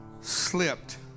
slipped